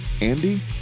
Andy